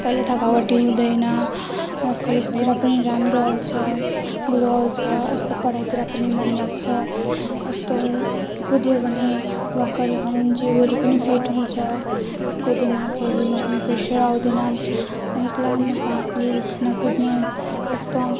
कहिले थकावटी हुँदैन फेसतिर पनि राम्रो आउँछ ग्लो आउँछ यस्तो पढाइतिर पनि मन लाग्छ यस्तो कुदियो भने वाक गऱ्यो भने जिउहरू पनि फिट हुन्छ यस्तो दिमागहरूमा पनि प्रेसर आउँदैन लामो सास लिएर हिँड्न कुद्नु यस्तो